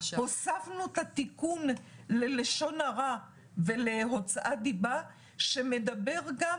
הוספנו את התיקון ללשון הרע ולהוצאת דיבה שמדבר גם